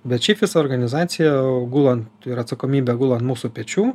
bet šiaip visa organizacija gula ir atsakomybė gula ant mūsų pečių